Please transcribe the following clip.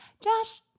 Josh